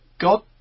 God